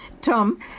tom